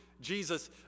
Jesus